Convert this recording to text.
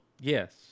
Yes